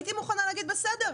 הייתי מוכנה להגיד: בסדר,